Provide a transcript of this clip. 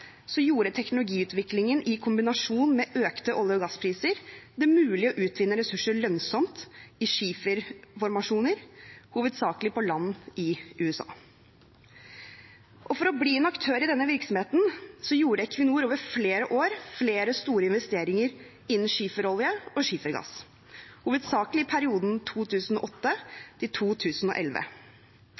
gjorde teknologiutvikling i kombinasjon med økte olje- og gasspriser det mulig å utvinne ressurser lønnsomt i skiferformasjoner, hovedsakelig på land i USA. For å bli en aktør i denne virksomheten gjorde Equinor over flere år flere store investeringer innen skiferolje og skifergass, hovedsakelig i perioden